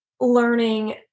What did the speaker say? learning